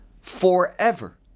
forever